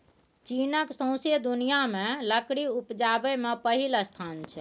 चीनक सौंसे दुनियाँ मे लकड़ी उपजाबै मे पहिल स्थान छै